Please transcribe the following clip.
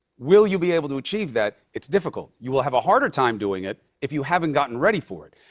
will you be able to achieve that? it's difficult. you will have a harder time doing it if you haven't gotten ready for it.